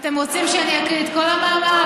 אתם רוצים שאני אקריא את כל המאמר?